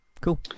Cool